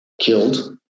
killed